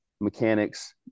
mechanics